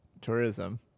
tourism